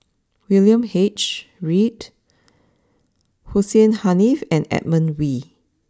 William H Read Hussein Haniff and Edmund Wee